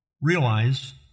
Realize